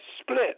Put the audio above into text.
split